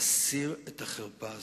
להסיר את החרפה הזאת.